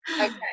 okay